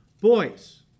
boys